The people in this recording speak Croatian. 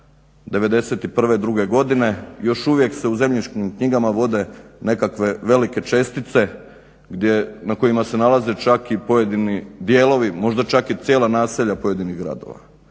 '91., '92. godine još uvijek se u zemljišnim knjigama vode nekakve velike čestice na kojima se nalaze čak i pojedini dijelovi, možda čak i cijela naselja pojedinih gradova.